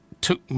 took